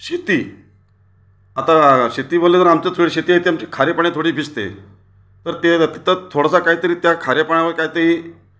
शेती आता शेती बोललं तर आमच्यात थोडी शेती आहे ती आमची खाऱ्या पाण्यात थोडी भिजते तर ते तिथे थोडासा काहीतरी त्या खाऱ्या पाण्यामध्ये काहीतरी